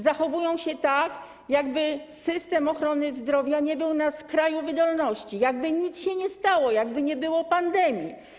Zachowujecie się tak, jakby system ochrony zdrowia nie był na skraju wydolności, jakby nic się nie stało, jakby nie było pandemii.